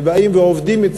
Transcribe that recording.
ובאים ועובדים,